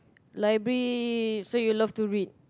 library so you love to read